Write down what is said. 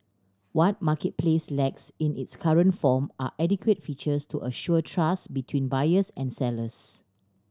what marketplace lacks in its current form are adequate features to assure trust between buyers and sellers